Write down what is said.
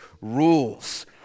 rules